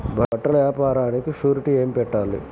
బట్టల వ్యాపారానికి షూరిటీ ఏమి పెట్టాలి?